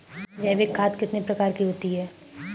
जैविक खाद कितने प्रकार की होती हैं?